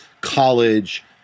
college